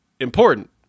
important